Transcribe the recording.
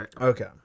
Okay